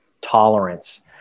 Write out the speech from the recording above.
tolerance